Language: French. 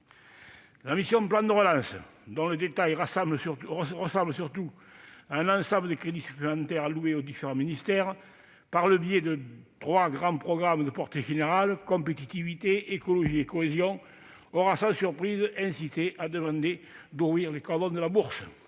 La mission « Plan de relance », dont le détail ressemble surtout à un ensemble de crédits supplémentaires alloués aux différents ministères par le biais de trois grands programmes de portée générale- « Compétitivité »,« Écologie » et « Cohésion »-, aura sans surprise incité à demander que s'ouvrent plus grand les cordons de la bourse.